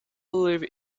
believe